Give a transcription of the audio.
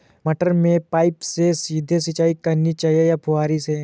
मटर में पाइप से सीधे सिंचाई करनी चाहिए या फुहरी से?